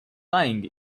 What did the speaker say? lying